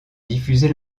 diffuser